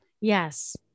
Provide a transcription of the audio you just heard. yes